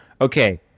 okay